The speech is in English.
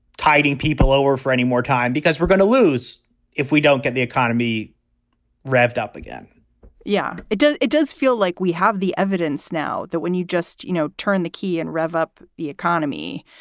tiding people over for any more time because we're going to lose if we don't get the economy revved up again yeah, it does. it does feel like we have the evidence now that when you just, you know, turn the key and rev up the economy,